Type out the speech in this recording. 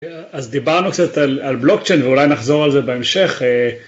אז דיברנו קצת על בלוקצ'יין ואולי נחזור על זה בהמשך.